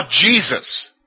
Jesus